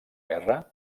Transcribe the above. guerra